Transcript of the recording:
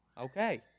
Okay